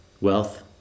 Wealth